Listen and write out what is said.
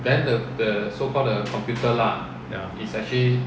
ya